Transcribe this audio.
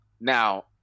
Now